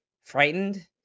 frightened